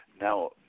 now